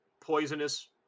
poisonous